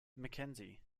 mackenzie